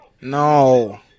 No